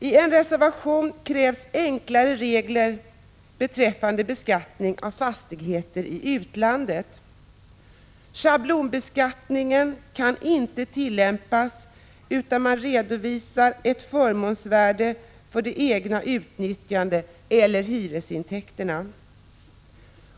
I en reservation krävs enklare regler beträffande beskattningen av fastigheter i utlandet. Schablonbeskattningen kan inte tillämpas, utan man redovisar ett förmånsvärde för det egna utnyttjandet eller hyresintäkterna.